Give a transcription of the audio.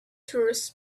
tourists